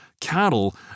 cattle